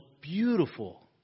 beautiful